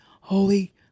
holy